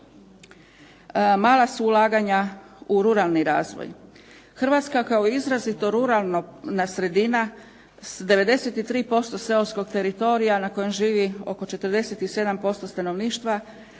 mala su ulaganja u ruralni razvoj. Hrvatska kao izrazito ruralna sredina s 93% seoskog teritorija na kojem živi oko 47% stanovništva